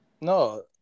No